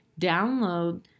download